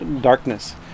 darkness